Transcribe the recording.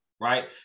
right